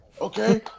okay